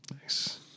Nice